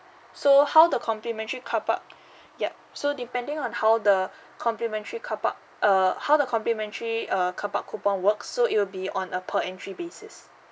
so how the complimentary carpark yup so depending on how the complimentary carpark err how the complimentary uh carpark coupon works so it will be on a per entry basis